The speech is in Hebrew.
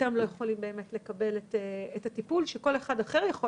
אתם לא יכולים לקבל את הטיפול שכל אחד אחר יכול